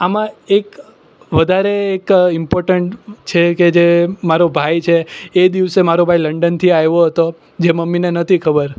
આમાં એક વધારે એક ઇમ્પોટન્ટ છે કે જે મારો ભાઈ છે એ દિવસે મારો ભાઈ લંડનથી આવ્યો હતો જે મમ્મીને નહોતી ખબર